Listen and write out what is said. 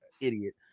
idiot